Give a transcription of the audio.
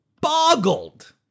boggled